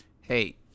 hey